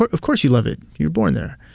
ah of course you love it. you're born there.